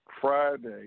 Friday